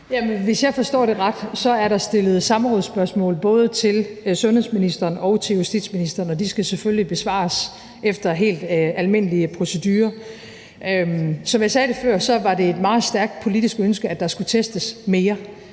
Hvis jeg forstår det ret, er der stillet samrådsspørgsmål både til sundhedsministeren og til justitsministeren, og de skal selvfølgelig besvares efter helt almindelige procedurer. Som jeg sagde før, var det et meget stærkt politisk ønske, at der skulle testes mere,